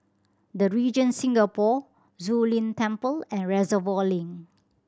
The Regent Singapore Zu Lin Temple and Reservoir Link